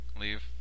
Leave